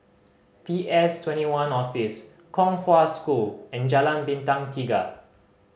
P S Twenty one Office Kong Hwa School and Jalan Bintang Tiga